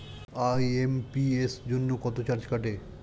IMPS জন্য কত charge কাটে?